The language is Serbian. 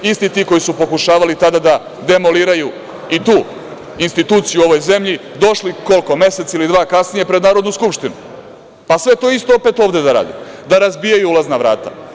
Isti ti koji su pokušavali tada da demoliraju i tu instituciju u ovoj zemlji, došli mesec ili dva kasnije pred Narodnu skupštinu, pa sve to isto opet ovde da rade, da razbijaju ulazna vrata.